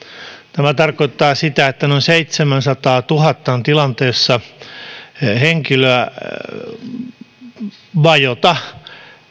tämä tarkoittaa sitä että noin seitsemänsataatuhatta henkilöä on tilanteessa jossa he voivat vajota